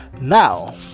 Now